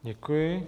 Děkuji.